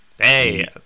Hey